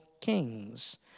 kings